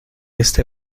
este